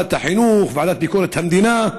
ועדת החינוך, ועדת ביקורת המדינה,